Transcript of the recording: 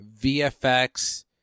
vfx